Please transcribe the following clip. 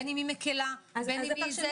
בין היא מקלה או לא.